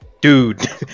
Dude